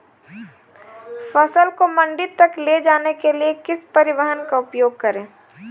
फसल को मंडी तक ले जाने के लिए किस परिवहन का उपयोग करें?